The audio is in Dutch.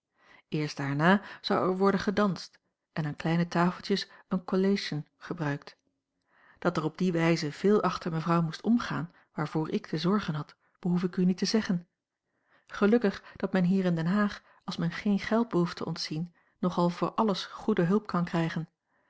eerst daarna zou er worden gedanst en aan kleine tafeltjes een collation gebruikt dat er op die wijze veel achter mevrouw moest omgaan waarvoor ik te zorgen had behoef ik u niet te zeggen gelukkig dat men hier in den haag als men geen geld behoeft te ontzien nogal voor alles goede hulp kan krijgen